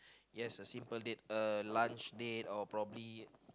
yes a simple date a lunch date or probably